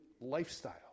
lifestyle